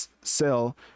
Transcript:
sell